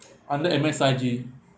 under M_S_I_G